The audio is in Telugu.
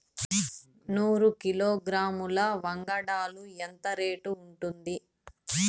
నూరు కిలోగ్రాముల వంగడాలు ఎంత రేటు ఉంటుంది?